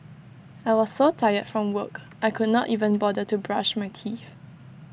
I was so tired from work I could not even bother to brush my teeth